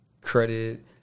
credit